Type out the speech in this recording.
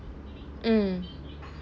mm